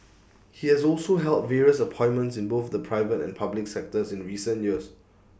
he has also held various appointments in both the private and public sectors in the recent years